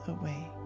away